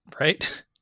right